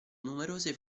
numerose